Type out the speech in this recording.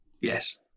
yes